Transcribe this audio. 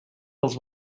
pels